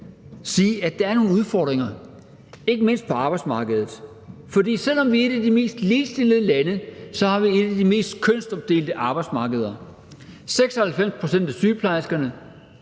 sige, at der er nogle udfordringer, ikke mindst på arbejdsmarkedet. Selv om vi er et af de mest ligestillede lande, har vi et af de mest kønsopdelte arbejdsmarkeder. 96 pct. af sygeplejerskerne